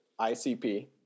ICP